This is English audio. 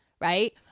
Right